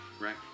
right